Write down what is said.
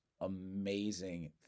amazing